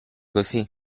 così